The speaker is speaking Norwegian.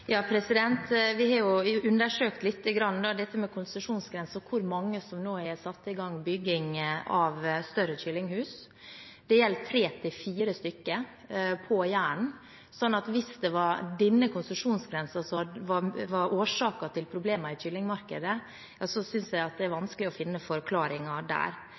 Vi har jo undersøkt litt dette med konsesjonsgrense og hvor mange som nå har satt i gang bygging av større kyllinghus, og det gjelder tre–fire stykker på Jæren. Så hvis det var denne konsesjonsgrensen som var årsaken til problemene i kyllingmarkedet, så synes jeg det er vanskelig å finne forklaringen der.